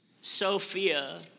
Sophia